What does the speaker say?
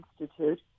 Institute